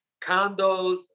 condos